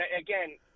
again